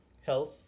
health